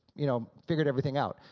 you know, figured everything out,